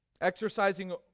Exercising